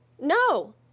No